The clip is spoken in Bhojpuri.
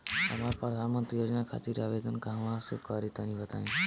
हम प्रधनमंत्री योजना खातिर आवेदन कहवा से करि तनि बताईं?